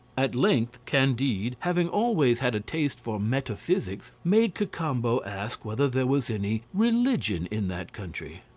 at length candide, having always had a taste for metaphysics, made cacambo ask whether there was any religion in that country.